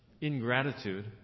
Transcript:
ingratitude